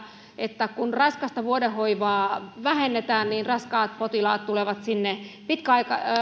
että kun raskasta vuodehoivaa vähennetään niin raskashoitoiset potilaat tulevat sinne